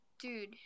dude